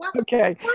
Okay